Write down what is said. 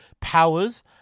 powers